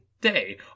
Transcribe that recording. day